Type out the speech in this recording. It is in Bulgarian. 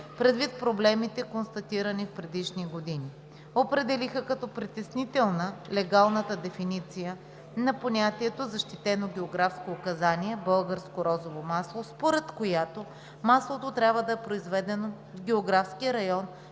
предвид проблемите, констатирани в предишни години. Определиха като притеснителна легалната дефиниция на понятието защитено географско указание „Българско розово масло“, според която маслото трябва да е произведено в географския район,